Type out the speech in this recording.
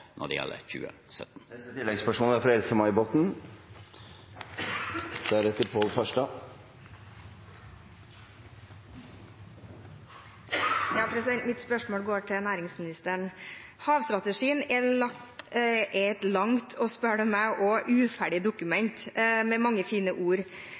når det gjelder 2017. Else-May Botten – til neste oppfølgingsspørsmål. Mitt spørsmål går til næringsministeren. Havstrategien er et langt og – spør du meg – uferdig dokument med mange fine ord,